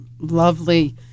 lovely